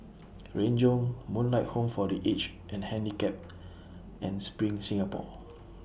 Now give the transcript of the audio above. Renjong Moonlight Home For The Aged and Handicapped and SPRING Singapore